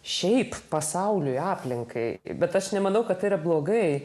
šiaip pasauliui aplinkai bet aš nemanau kad tai yra blogai